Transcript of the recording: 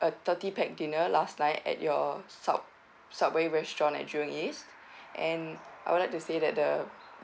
a thirty pax dinner last night at your sub~ subway restaurant at jurong east and I would like to say that the